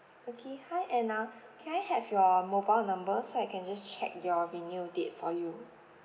okay hi anna can I have your mobile number so I can just check your renew date for you